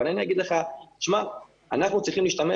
אבל אם אני אגיד לך שאנחנו צריכים להשתמש